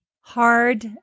hard